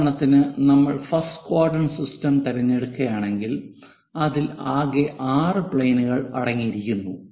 ഉദാഹരണത്തിന് നമ്മൾ first quadrant system തിരഞ്ഞെടുക്കുകയാണെങ്കിൽ അതിൽ ആകെ 6 പ്ലെയിനുകൾ അടങ്ങിയിരിക്കുന്നു